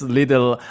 little